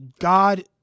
God